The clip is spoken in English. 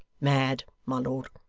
mad, my lord